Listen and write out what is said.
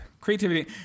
creativity